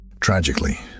Tragically